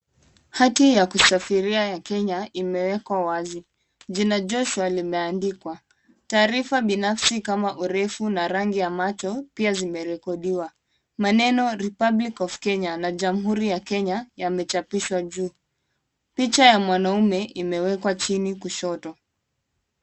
Hati ya kusafiria ya Kenya imewekwa wazi. Jina Joshua imeandikwa. Taarifa binafsi kama urefu na rangi ya macho pia zimerikodiwa. Maneno republic of Kenya na jamhuri ya Kenya imechapishwa juu. Picha mwanaume imewekwa chini kushoto.